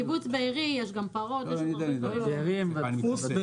בקיבוץ בארי יש גם פרות וגם בית דפוס.